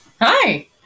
Hi